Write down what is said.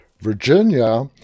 Virginia